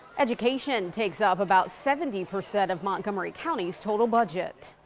education takes up about seventy percent of montgomery county's total budget.